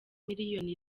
miliyoni